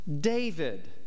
David